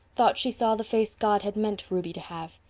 thought she saw the face god had meant ruby to have,